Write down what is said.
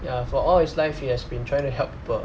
ya for all his life he has been trying to help people